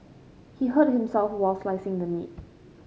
he hurt himself while slicing the meat